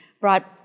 brought